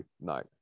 night